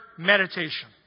Meditation